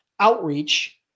outreach